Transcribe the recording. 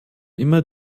immer